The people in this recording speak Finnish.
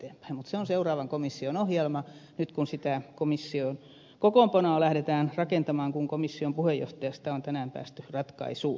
mutta se on seuraavan komission ohjelma nyt kun sitä komission kokoonpanoa lähdetään rakentamaan kun komission puheenjohtajasta on tänään päästy ratkaisuun